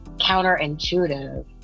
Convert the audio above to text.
counterintuitive